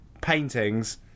Paintings